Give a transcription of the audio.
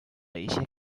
一些